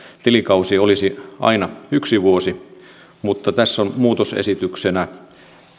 tilikausi olisi aina yksi vuosi mutta tässä on muutosesityksenä